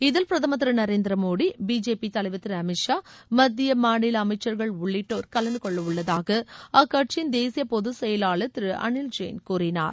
இதில் பிரதமர் திரு நரேந்திர மோடி பிஜேபி தலைவர் திரு அமித் ஷா மத்திய மாநில அமைச்சா்கள் உள்ளிட்டோர் கலந்தகொள்ள உள்ளதாக அக்கட்சியின் தேசிய பொது செயலாளர் திரு அனில் ஜெயின் கூறினார்